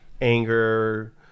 anger